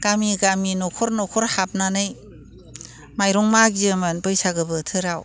गामि गामि न'खर न'खर हाबनानै माइरं मागियोमोन बैसागु बोथोराव